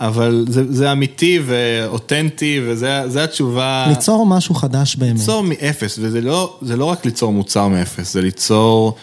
אבל זה אמיתי ואותנטי וזה התשובה... ליצור משהו חדש באמת. ליצור מ-0, וזה לא רק ליצור מוצר מ-0, זה ליצור...